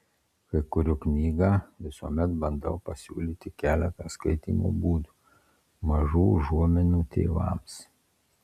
kai kuriu knygą visuomet bandau pasiūlyti keletą skaitymo būdų mažų užuominų tėvams